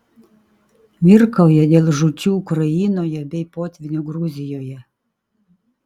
virkauja dėl žūčių ukrainoje bei potvynio gruzijoje